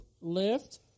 lift